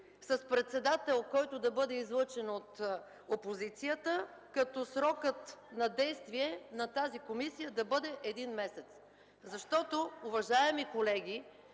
с председател, който да бъде излъчен от опозицията, като срокът на действие на тази комисия да бъде един месец. Защото, уважаеми колеги,